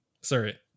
Sorry